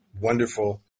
wonderful